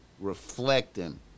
reflecting